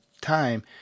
time